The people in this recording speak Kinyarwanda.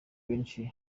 benshi